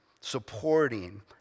supporting